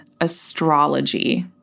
astrology